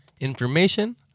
information